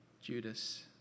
Judas